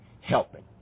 helping